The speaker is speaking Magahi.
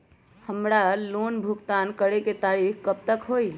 हमार लोन भुगतान करे के तारीख कब तक के हई?